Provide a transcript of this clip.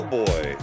boy